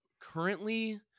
Currently